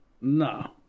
No